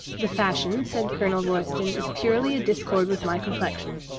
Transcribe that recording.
the fashion, said colonel royston, is purely a discord with my complexion.